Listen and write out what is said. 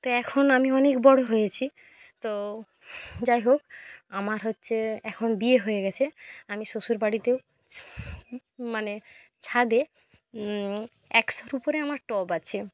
তো এখন আমি অনেক বড় হয়েছি তো যাই হোক আমার হচ্ছে এখন বিয়ে হয়ে গিয়েছে আমি শ্বশুর বাড়িতেও মানে ছাদে একশোর উপরে আমার টব আছে